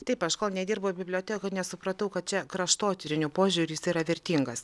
taip aš kol nedirbau bibliotekoj nesupratau kad čia kraštotyriniu požiūriu jis yra vertingas